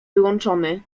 wyłączony